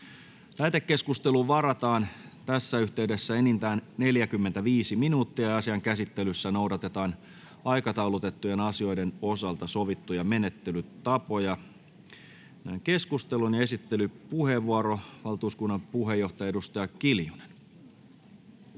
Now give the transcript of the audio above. Lähetekeskusteluun varataan tässä vaiheessa enintään 45 minuuttia. Asian käsittelyssä noudatetaan aikataulutettujen asioiden osalta sovittuja menettelytapoja. — Valtuuskunnan puheenjohtaja, edustaja Junnila,